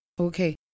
okay